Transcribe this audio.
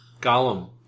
golem